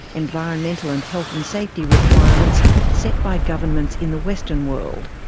environmental and health and safety requirements set by governments in the western world.